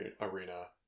arena